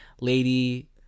lady